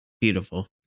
beautiful